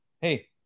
hey